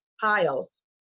piles